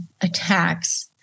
attacks